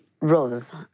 Rose